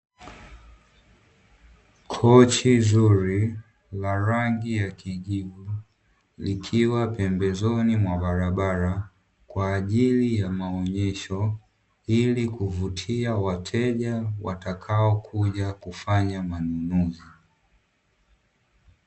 Kochi zuri la rangi ya kijivu, likiwa pembezoni mwa barabara kwa ajili ya maonyesho ili kuvutia wateja watakao kuja kufanya manunuzi.